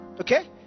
Okay